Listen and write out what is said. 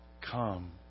come